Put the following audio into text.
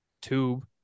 tube